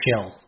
chill